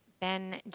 Ben